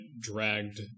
dragged